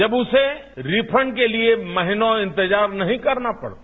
जब उसे रिफंड के लिये महीनों इंतजार नहीं करना पड़ता